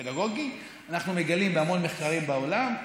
אנחנו מגלים בהמון מחקרים בעולם,